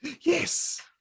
Yes